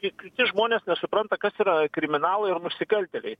kai kiti žmonės nesupranta kas yra kriminalai ar nusikaltėliai